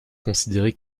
considéré